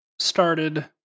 started